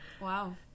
Wow